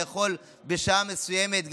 לאכול בשעה מסוימת,